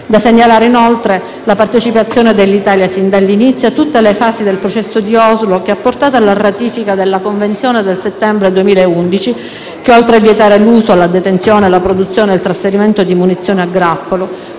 Da segnalare, inoltre, la partecipazione dell'Italia, sin dall'inizio, a tutte le fasi del processo di Oslo, che ha portato alla ratifica della Convenzione del settembre 2011 che, oltre a vietare l'uso, la detenzione, la produzione e il trasferimento di munizioni a grappolo,